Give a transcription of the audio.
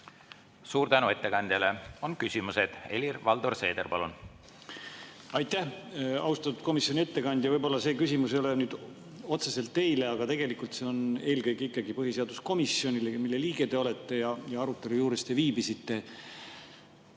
Suur tänu ettekandjale. On küsimused. Helir-Valdor Seeder, palun! Aitäh! Austatud komisjoni ettekandja! Võib-olla see küsimus ei ole nüüd otseselt teile, aga see on eelkõige ikkagi põhiseaduskomisjonile, mille liige te olete, ja arutelu juures te viibisite.